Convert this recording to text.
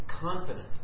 confident